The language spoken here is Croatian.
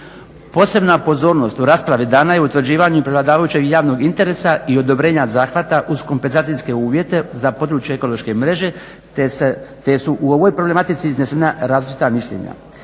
Posebna pozornost u raspravi dana je utvrđivanju prevladavajućeg javnog interesa i odobrenja zahvata uz kompenzacijske uvjete za područje ekološke mreže te su u ovoj problematici iznesena različita mišljenja.